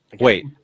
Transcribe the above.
wait